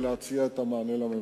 ולהציע את המענה לממשלה.